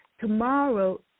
tomorrow